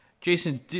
Jason